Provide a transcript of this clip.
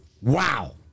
Wow